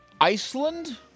Iceland